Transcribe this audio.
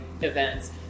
events